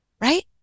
right